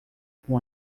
com